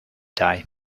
die